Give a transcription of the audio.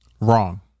Wrong